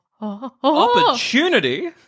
Opportunity